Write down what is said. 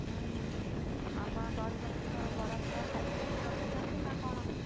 ଆପଣ ଦହିବରାକୁ ତ ବରା ଫରା ସାଇଡ଼୍ରେ କିଛି ରଖୁଛନ୍ତି ନା କ'ଣ